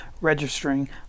registering